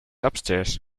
upstairs